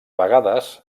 vegades